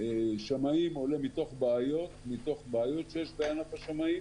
שמאים עולה מתוך בעיות שיש שבענף השמאים,